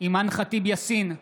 אימאן ח'טיב יאסין,